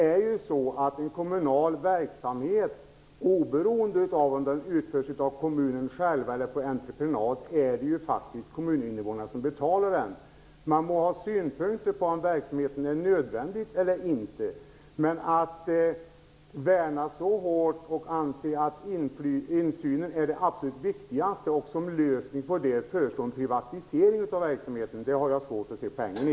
Oavsett om en kommunal verksamhet utförs av kommunen själv eller på entreprenad, är det faktiskt kommuninvånarna som betalar den. Man må ha synpunkter på om verksamheten är nödvändig eller inte. Men att värna insynen så hårt och anse att den är det absolut viktigaste och att som en lösning föreslå privatisering av verksamheten har jag svårt att se poängen i.